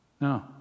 No